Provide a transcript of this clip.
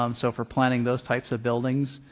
um so for planning those types of buildings.